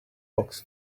box